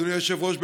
אדוני היושב-ראש,